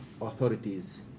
authorities